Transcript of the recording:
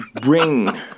bring